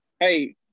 Hey